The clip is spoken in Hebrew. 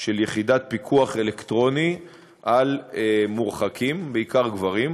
של יחידת פיקוח אלקטרוני על מורחקים, בעיקר גברים,